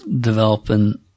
developing